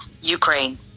Ukraine